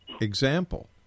example